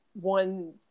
one